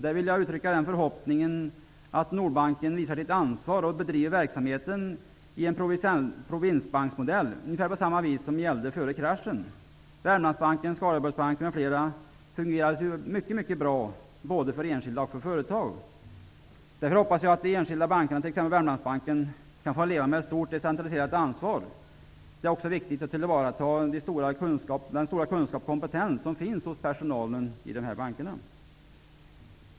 Jag vill uttrycka den förhoppningen att Nordbanken visar sitt ansvar och bedriver verksamheten i en provinsbanksmodell, ungefär på samma vis som gällde före kraschen. Flera banker, bl.a. Wermlandsbanken och Skaraborgsbanken, fungerade mycket bra både för enskilda och företag. Därför hoppas jag att de enskilda bankerna, t.ex. Wermlandsbanken, får ett stort decentraliserat ansvar. Det är också viktigt att ta till vara den stora kunskap och kompetens som finns hos personalen i dessa banker.